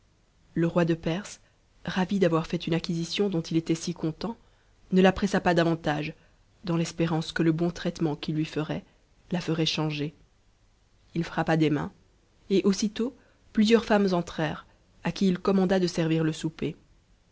le roi de perse ravi d'avoir fait une acquisition dont il était si content ne la pressa pas davantage dans l'espérance que le bon traitement qu'il lui ferait la ferait changer ii frappa des mains et aussitôt plusieurs femmes entrèrent à qui il commanda de servir le souper